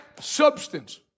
substance